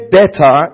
better